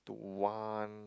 to one